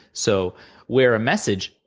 so where a message,